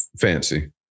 Fancy